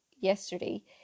yesterday